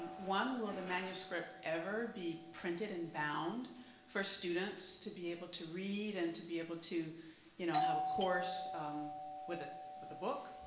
one, will the manuscript ever be printed and bound for students to be able to read and to be able to you know have a course with ah with the book?